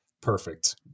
Perfect